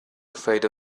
afraid